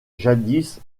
jadis